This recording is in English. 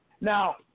Now